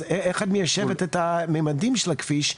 אז איך את מיישבת את הממדים של הכביש,